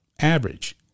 average